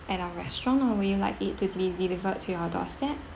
at our restaurant or would you like it to be delivered to your doorstep